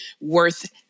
worth